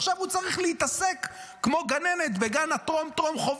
עכשיו הוא צריך להתעסק כמו גננת בגן הטרום-טרום-חובה